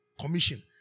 commission